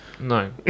No